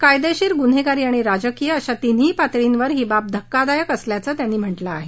कायदेशीर गुन्हेगारी आणि राजकीय अशा तिन्ही पातळीवर ही बाब धक्कादायक असल्याचं त्यांनी म्हटलं आहे